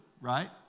right